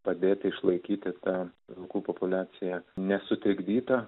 padėti išlaikyti vilkų populiacija nesutrikdyta